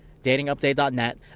DatingUpdate.net